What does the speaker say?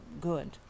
good